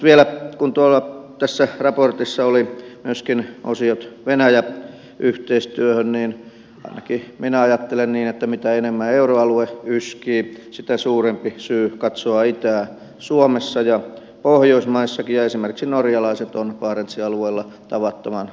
vielä kun tässä raportissa oli myöskin osiot venäjä yhteistyöhön niin ainakin minä ajattelen niin että mitä enemmän euroalue yskii sitä suurempi on syy katsoa itään suomessa ja pohjoismaissakin ja esimerkiksi norjalaiset ovat barentsin alueella tavattoman aktiivisia